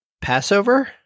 Passover